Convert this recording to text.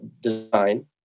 design